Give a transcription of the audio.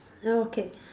okay